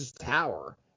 tower